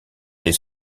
les